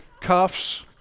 cuffs